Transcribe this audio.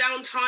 downtime